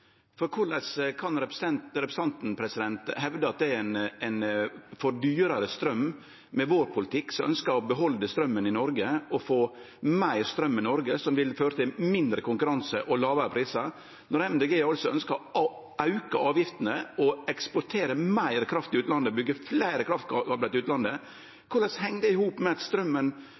hevde at ein får dyrare straum med vår politikk, som ønskjer å behalde straumen i Noreg og få meir straum i Noreg, noko som ville føre til mindre konkurranse og lågare prisar – mens Miljøpartiet Dei Grøne altså ønskjer å auke avgiftene, eksportere meir kraft til utlandet og byggje fleire kraftkablar til utlandet? Korleis heng det i hop at